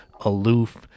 aloof